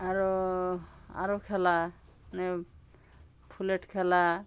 আরও আরও খেলা মানে ফুলেট খেলা